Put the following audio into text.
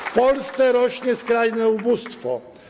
W Polsce rośnie skrajne ubóstwo.